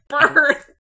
birth